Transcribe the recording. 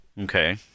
Okay